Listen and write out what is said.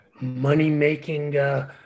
money-making